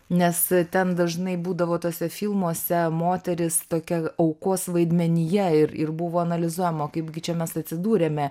nes ten dažnai būdavo tuose filmuose moteris tokia aukos vaidmenyje ir ir buvo analizuojama o kaipgi čia mes atsidūrėme